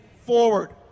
forward